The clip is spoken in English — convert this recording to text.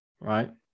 right